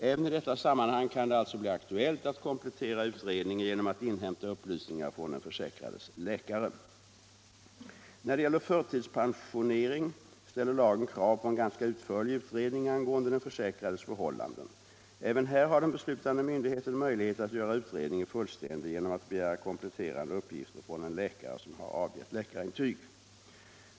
Även i detta sammanhang kan det alltså bli aktuellt att komplettera utredningen genom att inhämta upplysningar från den försäkrades läkare. När det gäller förtidspensionering ställer lagen krav på en ganska utförlig utredning angående den försäkrades förhållanden. Även här har den beslutande myndigheten möjlighet att göra utredningen fullständig genom att begära kompletterande uppgifter från en läkare som har avgett läkarintyg.